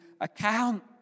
account